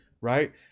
right